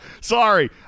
Sorry